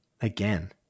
Again